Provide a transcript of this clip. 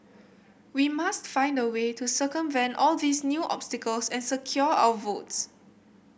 we must find a way to circumvent all these new obstacles and secure our votes